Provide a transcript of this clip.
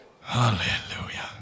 hallelujah